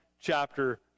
chapter